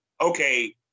okay